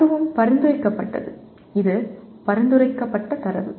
அதுவும் பரிந்துரைக்கப்படுகிறது இது பரிந்துரைக்கப்பட்ட தரவு